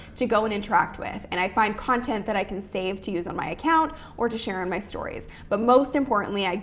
to go and interact with and i find content that i can save to use on my account or to share in my stories. but, most importantly,